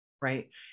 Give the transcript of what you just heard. right